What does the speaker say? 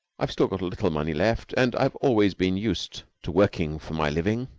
i've still got a little money left, and i've always been used to working for my living,